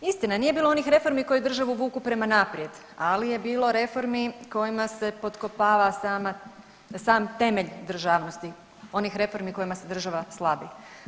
Istina, nije bilo onih reformi koje drže i vuku prema naprijed, ali je bilo reformi kojima se potkopava sama, sam temelj državnosti onih reformi kojima se država slabi.